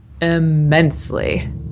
immensely